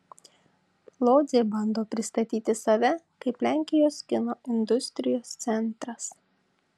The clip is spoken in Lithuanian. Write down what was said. lodzė bando pristatyti save kaip lenkijos kino industrijos centras